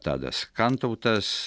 tadas kantautas